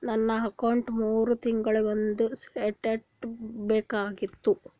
ನನ್ನ ಅಕೌಂಟ್ದು ಮೂರು ತಿಂಗಳದು ಸ್ಟೇಟ್ಮೆಂಟ್ ಬೇಕಾಗಿತ್ತು?